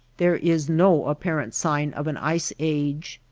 there is no apparent sign of an ice age.